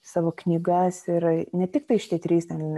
savo knygas ir ne tiktai šitie trys ten